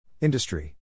Industry